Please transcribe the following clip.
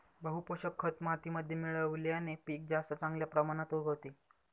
बहू पोषक खत मातीमध्ये मिळवल्याने पीक जास्त चांगल्या प्रमाणात उगवते